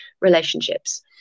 relationships